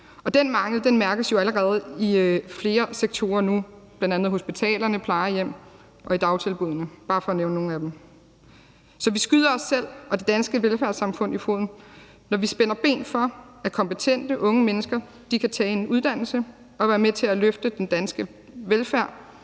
Den mangel mærkes jo allerede i flere sektorer nu, bl.a. på hospitalerne, på plejehjemmene og i dagtilbuddene, bare for at nævne nogle af dem. Så vi skyder os selv og det danske velfærdssamfund i foden, når vi spænder ben for, at kompetente unge mennesker kan tage en uddannelse og være med til at løfte den danske velfærd